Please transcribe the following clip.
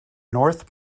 north